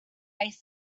ice